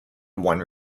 one